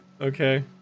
Okay